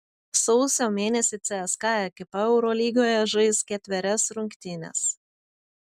sausio mėnesį cska ekipa eurolygoje žais ketverias rungtynes